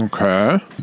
Okay